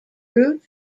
route